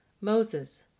Moses